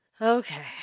Okay